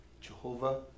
Jehovah